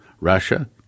Russia